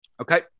Okay